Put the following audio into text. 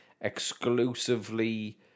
exclusively